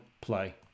play